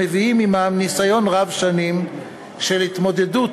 המביאים עמם ניסיון רב-שנים של התמודדות